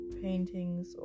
paintings